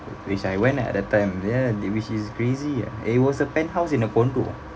which I went ah at that time ya which is crazy it was a penthouse in a condo